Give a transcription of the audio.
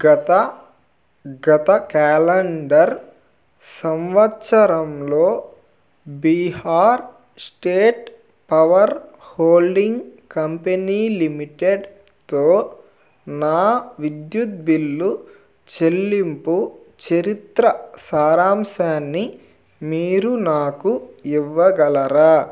గత గత క్యాలండర్ సంవత్సరంలో Bihar state power holding company లిమిటెడ్తో నా విద్యుత్ బిల్లు చెల్లింపు చరిత్ర సారాంశాన్ని మీరు నాకు ఇవ్వగలరా